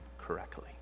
correctly